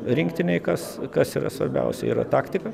rinktinėj kas kas yra svarbiausia yra taktika